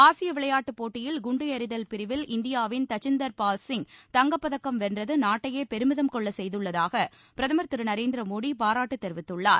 ஆசிய விளையாட்டுப் போட்டியில் குண்டு எறிதல் பிரிவில் இந்தியாவின் தஜிந்தர் பால்சிங் தங்கப்பதக்கம் வென்றது நாட்டையே பெருமிதம் கொள்ள செய்துள்ளதாக பிரதமர் திரு நரேந்திர மோடி பாராட்டு தெரிவித்துள்ளார்